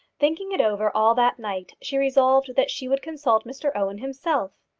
thinking it over all that night, she resolved that she would consult mr owen himself.